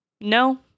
No